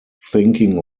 thinking